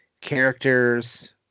characters